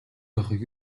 байхыг